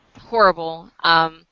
horrible